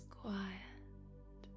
quiet